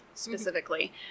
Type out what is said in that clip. specifically